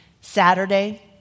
Saturday